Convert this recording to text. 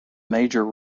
major